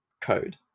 code